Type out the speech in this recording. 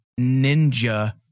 ninja